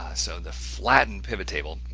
so, the flattened pivot table,